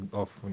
off